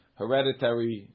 hereditary